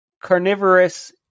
carnivorous